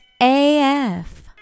AF